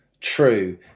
true